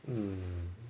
hmm